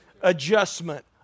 adjustment